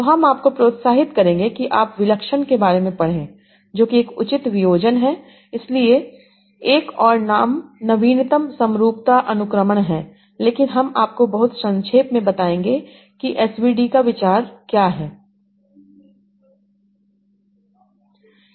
तो हम आपको प्रोत्साहित करेंगे कि आप विलक्षण के बारे में पढ़ें जो कि एक उचित वियोजन है इसके लिए एक और नाम नवीनतम समरूपता अनुक्रमण है लेकिन हम आपको बहुत संक्षेप में बताएंगे कि एसवीडी का विचार क्या है